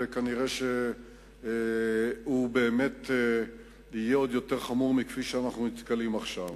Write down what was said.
ונראה שהוא באמת יהיה עוד יותר חמור מכפי שאנחנו רואים עכשיו.